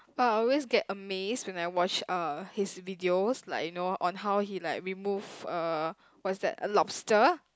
but I always get amazed when I watch uh his videos like you know on how he like remove uh what's that a lobster